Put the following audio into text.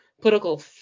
political